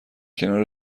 کنار